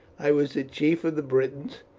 i was the chief of the britons,